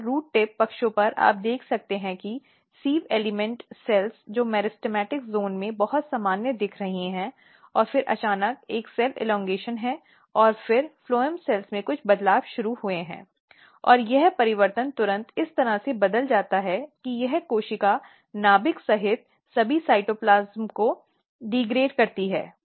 और root tip पक्षों पर आप देख सकते हैं कि सिव़ एलिमेंट कोशिकाएं जो मेरिस्टेमेटिक क्षेत्र में बहुत सामान्य दिख रही हैं और फिर अचानक एक सेल बढ़ाव है और फिर फ्लोएम कोशिकाओं में कुछ बदलाव शुरू हुए और यह परिवर्तन तुरंत इस तरह से बदल जाता है कि यह कोशिका नाभिक सहित सभी साइटोप्लाज्म को डीग्रेड करती है